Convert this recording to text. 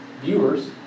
viewers